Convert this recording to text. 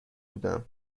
بودم